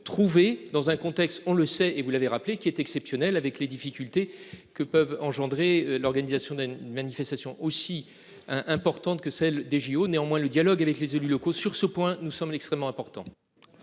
trouvées dans un contexte on le sait et vous l'avez rappelé, qui est exceptionnel avec les difficultés que peuvent engendrer l'organisation d'une manifestation aussi importante que celle des JO néanmoins le dialogue avec les élus locaux sur ce point, nous sommes extrêmement important.